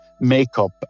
makeup